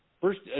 first